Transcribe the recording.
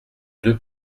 deux